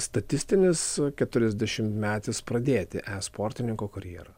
statistinis keturiasdešimtmetis pradėti esportininko karjerą